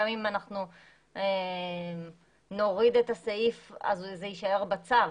גם אם אנחנו נוריד את הסעיף אז זה יישאר בצו,